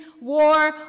war